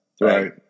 Right